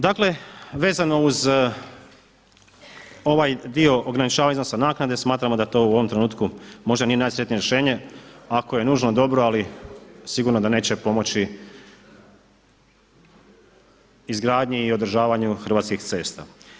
Dakle, vezano uz ovaj dio ograničavanja iznosa naknade, smatramo da to u ovom trenutku možda nije najsretnije rješenje, ako je nužno dobro ali sigurno da neće pomoći izgradnji i održavanju Hrvatskih cesta.